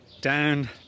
down